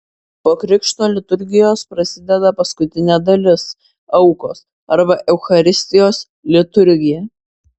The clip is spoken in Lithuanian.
po krikšto liturgijos prasideda paskutinė dalis aukos arba eucharistijos liturgija